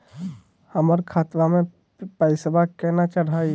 हमर खतवा मे पैसवा केना चढाई?